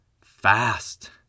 Fast